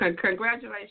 congratulations